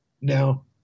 Now